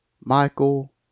Michael